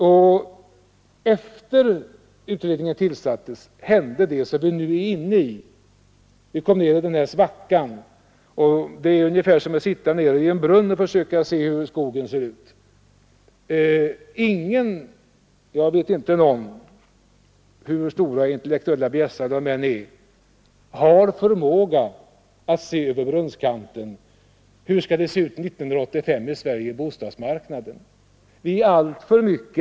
Men sedan utredningen tillsatts hände det som vi nu är inne i: vi hamnade i en svacka. Det var och är ungefär som att titta ner i en brunn och försöka se hur skogen ser ut. Och jag vet då ingen, hur stor intellektuell bjässe han än är, som har förmåga att ”se över brunnskanten” och säga hurudan Sveriges bostadsmarknad bör vara 1978.